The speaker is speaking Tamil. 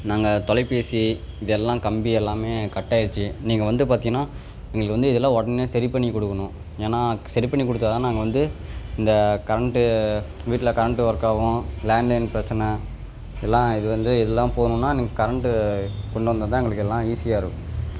நாங்கள் தொலைபேசி இதெல்லாம் கம்பி எல்லாமே கட்டாகிருச்சி நீங்கள் வந்து பார்த்தீங்கன்னா இன்றைக்கி வந்து இதெல்லாம் உடனே சரி பண்ணிக் கொடுக்கணும் ஏன்னால் சரி பண்ணி கொடுத்தா தான் நாங்கள் வந்து இந்த கரண்ட்டு வீட்டில் கரண்ட்டு ஒர்க் ஆகும் லேண்ட் லைன் பிரச்சின எல்லாம் இது வந்து இதெல்லாம் போகணுன்னா நீங்கள் கரண்ட்டு கொண்டு வந்தால் தான் எங்களுக்கு எல்லாம் ஈஸியாக இருக்கும்